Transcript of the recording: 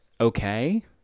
okay